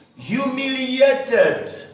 humiliated